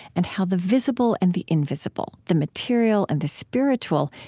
and how the visible and the invisible, the material and the spiritual,